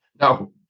no